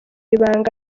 ibanga